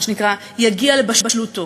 מה שנקרא יגיע לבשלותו.